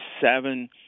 seven